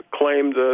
claimed